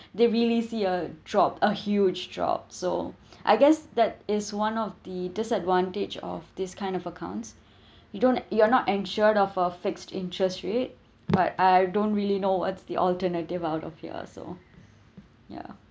there really see a drop a huge drop so I guess that is one of the disadvantage of these kind of accounts you don't you are not ensured of a fixed interest rate but I don't really know what's the alternative out of here so yeah